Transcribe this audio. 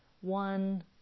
one